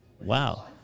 wow